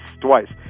twice